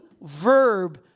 verb